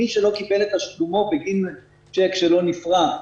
מי שלא קיבל את תשלומו בגין צ'ק שלא נפרע,